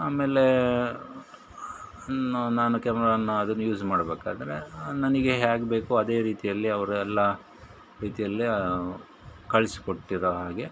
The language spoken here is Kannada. ಆಮೇಲೆ ಇನ್ನು ನಾನು ಕ್ಯಾಮರಾವನ್ನ ಅದನ್ನ ಯೂಸ್ ಮಾಡಬೇಕಾದ್ರೆ ನನಗೆ ಹೇಗ್ ಬೇಕೋ ಅದೇ ರೀತಿಯಲ್ಲಿ ಅವ್ರು ಎಲ್ಲ ಇದು ಎಲ್ಲ ಕಳ್ಸಿಕೊಟ್ಟಿರೋ ಹಾಗೆ